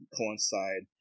coincide